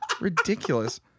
Ridiculous